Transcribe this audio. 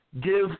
give